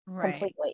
completely